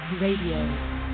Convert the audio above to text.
Radio